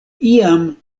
iam